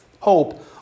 hope